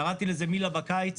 קראתי לזה מיל"ה בקיץ,